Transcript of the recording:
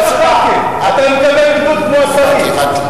אתה מקבל בדיוק כמו השרים.